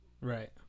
Right